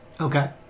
Okay